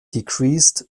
decreased